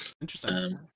interesting